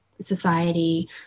society